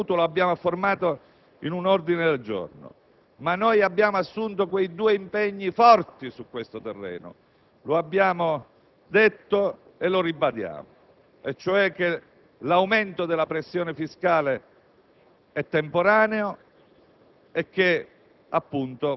ha detto il presidente Benvenuto e lo abbiamo affermato in un ordine del giorno. Ma noi abbiamo assunto due impegni forti su questo terreno. Lo abbiamo detto e lo ribadiamo: l'aumento della pressione fiscale è temporaneo